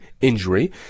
injury